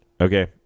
Okay